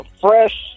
fresh